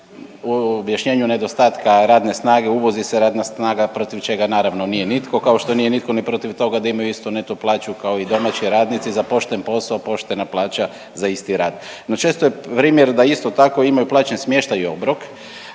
U objašnjenju nedostatka radne snage uvozi se radna snaga protiv čega naravno nije nitko kao što nije nitko ni protiv toga da imaju istu neto plaću kao i domaći radnici, za pošten posao poštena plaća za isti rad. No, često je primjer da isto tako imaju plaćen smještaj i obrok